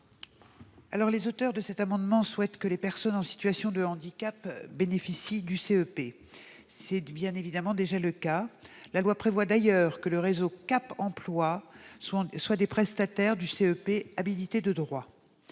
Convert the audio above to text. ? Les auteurs de ces amendements souhaitent que les personnes en situation de handicap bénéficient du CEP. C'est bien évidemment déjà le cas. La loi prévoit d'ailleurs que les membres du réseau Cap emploi soient des prestataires du CEP, habilités de droit.